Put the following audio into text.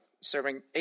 serving